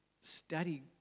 Study